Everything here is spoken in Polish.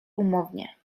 umownie